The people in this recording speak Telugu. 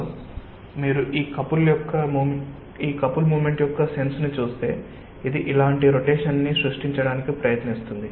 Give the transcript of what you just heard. సొ మీరు ఈ కపుల్ మోమెంట్ యొక్క సెన్స్ ని చూస్తే ఇది ఇలాంటి రొటేషన్ ని సృష్టించడానికి ప్రయత్నిస్తుంది